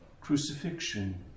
crucifixion